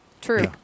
True